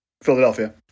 Philadelphia